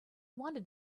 wanted